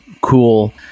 cool